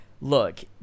look